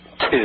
two